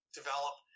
develop